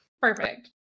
Perfect